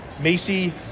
Macy